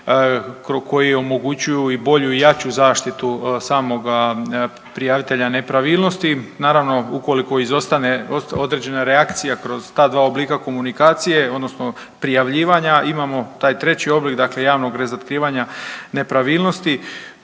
koji omogućuju i bolju i jaču zaštitu samoga prijavitelja nepravilnosti. Naravno ukoliko izostane određena reakcija kroz ta dva oblika komunikacije odnosno prijavljivanja imamo taj treći oblik, dakle javnog razotkrivanja nepravilnosti.